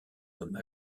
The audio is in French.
comme